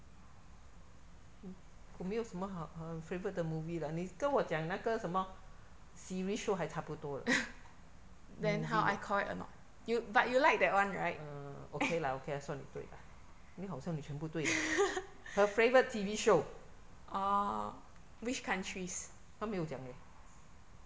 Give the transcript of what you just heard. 我我没有什么很很 favourite 的 movie leh 你跟我讲那个什么 series show 还差不多 movie ah uh okay lah okay lah 算你对啦 eh 好像你全部对 leh her favourite T_V show 它没有讲 leh